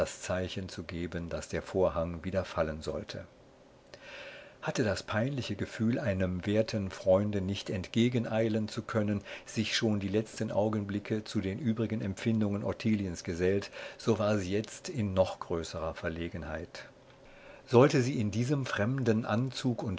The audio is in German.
zu geben daß der vorhang wieder fallen sollte hatte das peinliche gefühl einem werten freunde nicht entgegeneilen zu können sich schon die letzten augenblicke zu den übrigen empfindungen ottiliens gesellt so war sie jetzt in noch größerer verlegenheit sollte sie in diesem fremden anzug